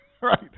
right